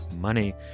money